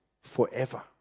forever